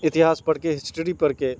اتہاس پڑھ کے ہسٹڑی پڑھ کے